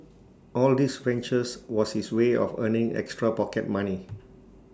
all these ventures was his way of earning extra pocket money